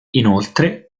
inoltre